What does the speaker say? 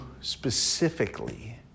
specifically